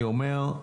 אני אומר,